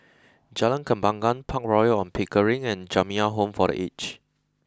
Jalan Kembangan Park Royal on Pickering and Jamiyah Home for the aged